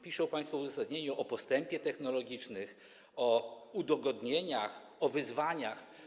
Piszą państwo w uzasadnieniu o postępie technologicznym, o udogodnieniach, o wyzwaniach.